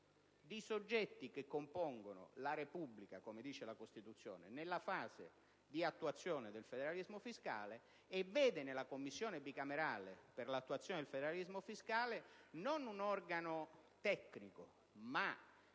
di soggetti che compongono la Repubblica, come dice la Costituzione, nella fase di attuazione del federalismo fiscale, e nella Commissione bicamerale per l'attuazione del federalismo reale non vedo un organo tecnico,